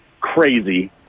crazy